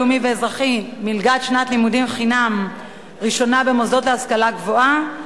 לאומי ואזרחי מלגת שנת לימודים חינם ראשונה במוסדות להשכלה גבוהה,